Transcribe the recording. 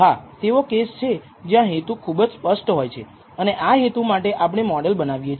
હા તેવા કેસ છે કે જ્યાં હેતુ ખૂબ જ સ્પષ્ટ હોય છે અને આ હેતુ માટે આપણે મોડલ બનાવીએ છીએ